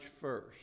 first